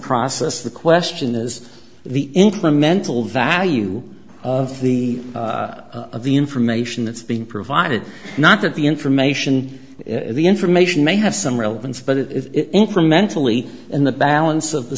process the question is the incremental value of the information that's been provided not that the information in the information may have some relevance but it is in for mentally and the balance of the